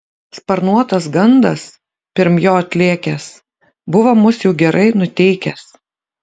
sparnuotas gandas pirm jo atlėkęs buvo mus jau gerai nuteikęs